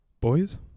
boys